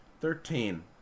Thirteen